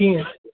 ٹھیٖک